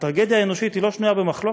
הטרגדיה האנושית אינה שנויה במחלוקת.